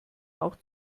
auch